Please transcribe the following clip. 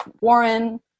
Warren